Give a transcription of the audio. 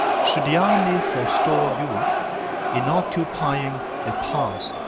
should the army forestall you in occupying a pass,